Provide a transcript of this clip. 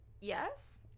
yes